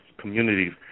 communities